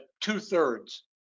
two-thirds